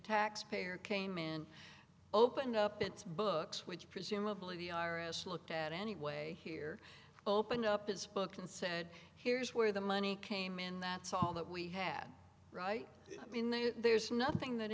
taxpayer came in opened up its books which presumably the iris looked at anyway here opened up his book and said here's where the money came in that's all that we had right i mean there's nothing that